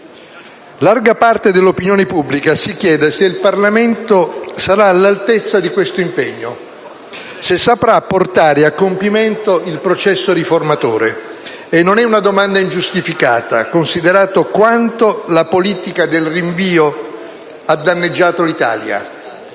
Larga parte dell'opinione pubblica si chiede se il Parlamento sarà all'altezza di questo impegno, se saprà portare a compimento il processo riformatore. Non è una domanda ingiustificata, considerato quanto la politica del rinvio ha danneggiato l'Italia.